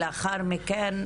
לאחר מכן,